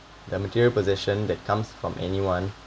the material possession that comes from anyone